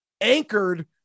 anchored